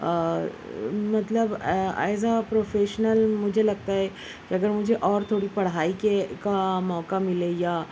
مطلب as a professional مجھے لگتا ہے کہ اگر مجھے اور تھوڑی پڑھائی کے کا موقع ملے یا